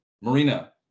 Marina